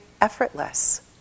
effortless